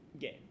game